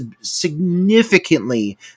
significantly